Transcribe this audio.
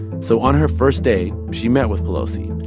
so on her first day, she met with pelosi,